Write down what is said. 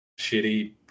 shitty